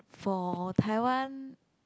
for Taiwan